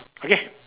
okay